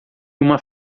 uma